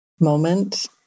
moment